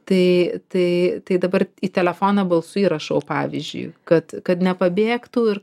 tai tai tai dabar į telefoną balsu įrašau pavyzdžiui kad kad nepabėgtų ir